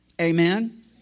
Amen